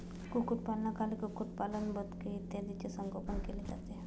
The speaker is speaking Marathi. कुक्कुटपालनाखाली कुक्कुटपालन, बदके इत्यादींचे संगोपन केले जाते